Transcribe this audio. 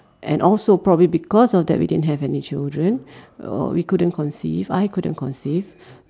and also probably because of that we didn't have any children uh we couldn't conceive I couldn't conceive